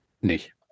nicht